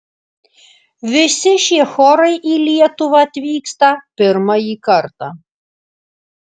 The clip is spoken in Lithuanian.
visi šie chorai į lietuvą atvyksta pirmąjį kartą